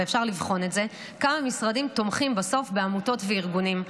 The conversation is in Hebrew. ואפשר לבחון את זה: כמה משרדים תומכים בסוף בעמותות וארגונים.